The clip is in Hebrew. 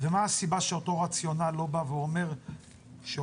ומה הסיבה שאותו רציונל לא בא ואומר שעובד